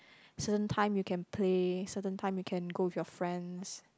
certain time you can play certain time you can go with your friends